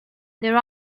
there